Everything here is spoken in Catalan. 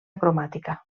cromàtica